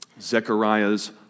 Zechariah's